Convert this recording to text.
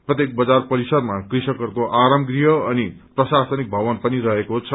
प्रत्येक बजार परिसरमा कृषकहरूको आराम गृह अनि प्रशासनिक भवन पनि रहेको छ